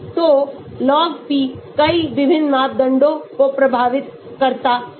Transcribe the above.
तो log p कई विभिन्न मापदंडों को प्रभावित करता है